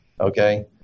Okay